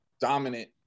dominant